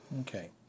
Okay